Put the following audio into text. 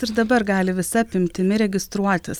ir dabar gali visa apimtimi registruotis